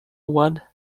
what